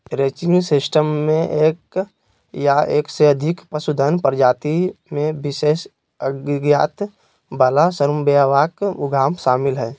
ranching system मे एक या एक से अधिक पशुधन प्रजाति मे विशेषज्ञता वला श्रमव्यापक उद्यम शामिल हय